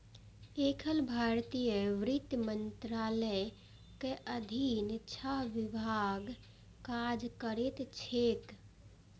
एखन भारतीय वित्त मंत्रालयक अधीन छह विभाग काज करैत छैक